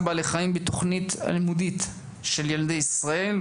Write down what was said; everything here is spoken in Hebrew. בעלי חיים בתוכנית הלימודית של ילדי ישראל,